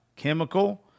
chemical